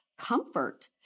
comfort